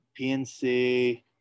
PNC